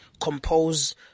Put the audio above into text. compose